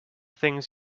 things